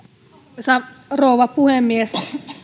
arvoisa rouva puhemies